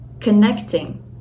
connecting